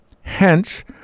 Hence